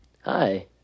Hi